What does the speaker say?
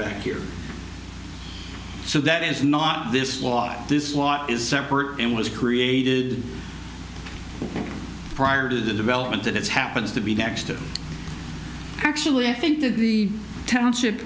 back here so that is not this log this lot is separate and was created prior to the development that it's happens to be next to actually i think that the township